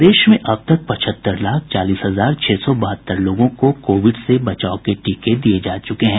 प्रदेश में अब तक पचहत्तर लाख चालीस हजार छह सौ बहत्तर लोगों को कोविड से बचाव के टीके दिए जा चुके हैं